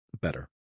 better